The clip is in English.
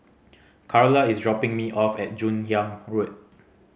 Carla is dropping me off at Joon Hiang Road